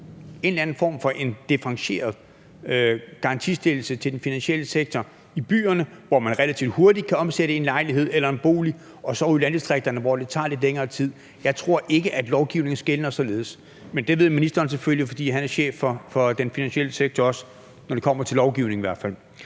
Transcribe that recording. en eller anden form for differentieret garantistillelse til den finansielle sektor, altså i forhold til byerne – hvor man relativt hurtigt kan omsætte en lejlighed eller en bolig – og så ude i landdistrikterne, hvor det tager lidt længere tid? Jeg tror ikke, at lovgivningen skelner således, men det ved ministeren selvfølgelig, for han er også chef for den finansielle sektor, i hvert fald når det kommer til lovgivningen. Det er